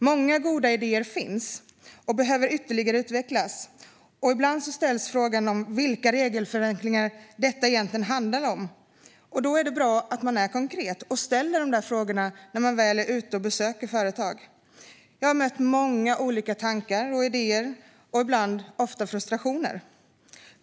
Många goda idéer finns och behöver ytterligare utvecklas. Ibland ställs frågan om vilka regelförenklingar som detta egentligen handlar om, och då är det bra att man är konkret och ställer dessa frågor när man är ute och besöker företag. Jag har mött många olika tankar, idéer och ibland frustrationer.